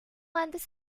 antes